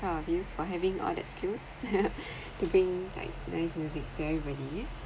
proud of you for having all that skills to bring like nice music to everybody